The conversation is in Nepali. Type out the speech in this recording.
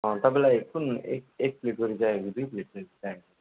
अँ तपाईँलाई कुन एक एक प्लेट गरी चाहिएको दुई प्लेट गरी चाहिएको